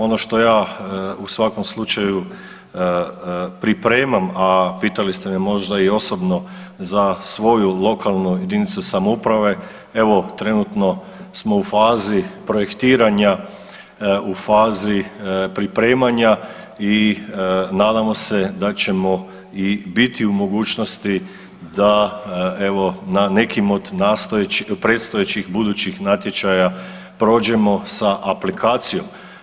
Ono što ja u svakom slučaju pripremam, a pitali ste me možda i osobno za svoju lokalnu jedinicu samouprave, evo trenutno smo u fazi projektiranja, u fazi pripremanja i nadamo se da ćemo i biti u mogućnosti da, evo, na nekim od predstojećih budućih natječaja prođemo sa aplikacijom.